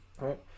Right